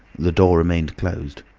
the door remained closed.